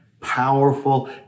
powerful